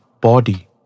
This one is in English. body